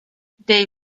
dei